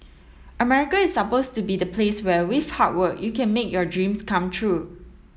America is supposed to be the place where with hard work you can make your dreams come true